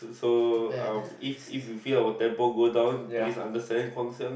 so um if if you feel out tempo go down please understand Guang-Xiang